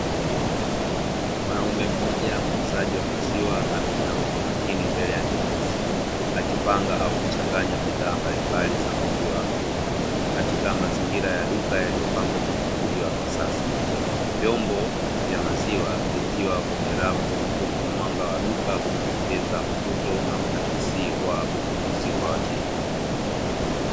Mwanaume mmoja muuzaji wa maziwa ameinama kwa makini mbele ya jokofu, akipanga au kuchanganya bidhaa mbalimbali za maziwa katika mazingira ya duka yaliyopangwa kwa mpangilio wa kisasa, vyombo vya maziwa vikiwa kwenye rafu huku mwanga wa duka ukiongeza mvuto na urahisi wa ununuzi kwa wateja.